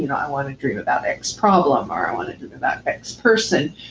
you know i want to dream about x problem, or, i want to dream about x person.